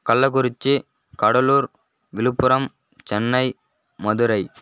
Kallakurichi Cuddalore Viluppuram Chennai Madurai